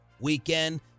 weekend